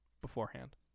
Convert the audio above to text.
beforehand